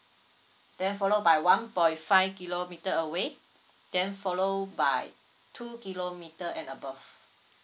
then followed by one point five kilometer away then followed by two kilometer and above